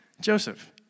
Joseph